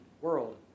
world